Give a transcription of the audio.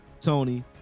Tony